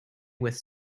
with